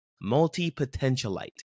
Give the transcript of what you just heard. multi-potentialite